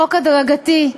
החוק הדרגתי.